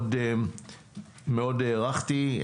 מאוד הערכתי.